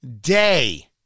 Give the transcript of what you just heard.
day